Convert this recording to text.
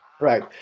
Right